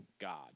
God